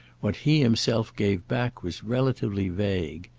what he himself gave back was relatively vague.